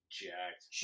jacked